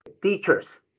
teachers